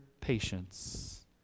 patience